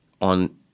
on